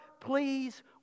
please